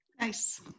Nice